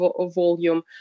volume